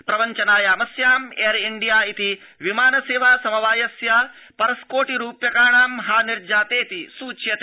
प्रवञ्चनायामस्याम् Air India इति विमान सेवा समवायस्य परस्कोटि रूप्यकाणां हानिर्जातेति सूच्यते